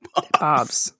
Bob's